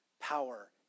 power